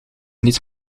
niet